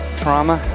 trauma